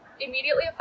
immediately